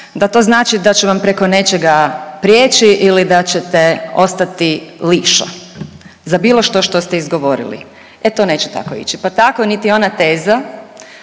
da to znači da ću vam preko nečega prijeći ili da ćete ostati lišla za bilo što što ste izgovorili. E to neće tako ići pa tako niti ona teza